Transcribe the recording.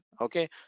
Okay